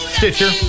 Stitcher